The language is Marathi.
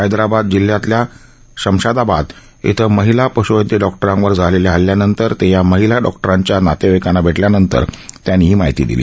हैद्राबाद जिल्ह्यातल्या शमशदाबाद इथं महिला पश्वैद्य डॉक्टरांवर झालेल्या हल्ल्यानंतर ते या महिला डॉक्टरांच्या नातेवाईकांना भेटल्यानंतर त्यांनी सांगितलं